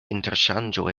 interŝanĝo